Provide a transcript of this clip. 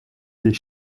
des